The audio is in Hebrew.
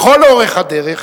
לכל אורך הדרך,